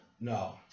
No